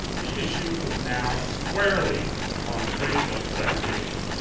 the issue was now squarely on racial segregation.